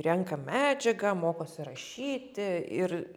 renka medžiagą mokosi rašyti ir